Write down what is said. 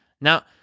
Now